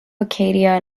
acadia